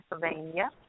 Pennsylvania